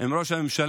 עם ראש הממשלה,